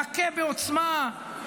"נכה בעוצמה".